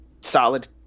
solid